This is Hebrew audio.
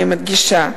אני מדגישה,